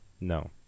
No